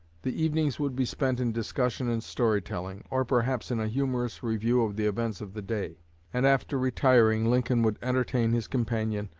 the evenings would be spent in discussion and story-telling, or perhaps in a humorous review of the events of the day and after retiring, lincoln would entertain his companion,